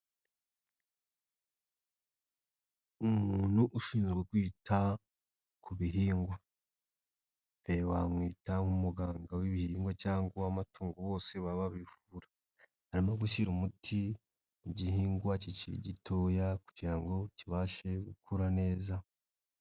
Umuntu ushinzwe kwita ku bihingwa, wamwita nk'umuganga w'ibihingwa cyangwa uw'amatungo bose baba babivura, arimo gushyira umuti ku gihingwa kikiri gitoya kugira ngo kibashe gukura neza.